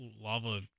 Lava